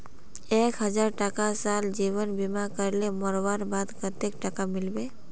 एक हजार टका साल जीवन बीमा करले मोरवार बाद कतेक टका मिलबे?